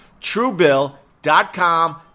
Truebill.com